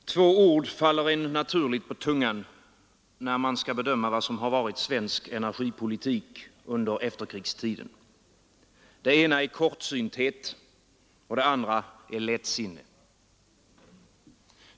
Herr talman! Två ord faller en naturligt på tungan när man skall bedöma vad som har varit svensk energipolitik under efterkrigstiden. Det ena är kortsynthet. Det andra är lättsinne.